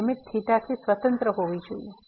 limit થી સ્વતંત્ર હોવી જોઈએ